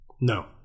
No